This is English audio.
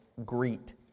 greet